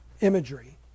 imagery